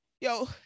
Yo